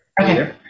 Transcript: Okay